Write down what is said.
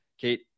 Kate